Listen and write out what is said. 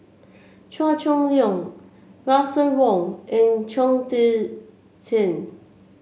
Chua Chong Long Russel Wong and Chong Tze Chien